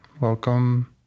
Welcome